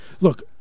Look